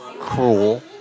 Cruel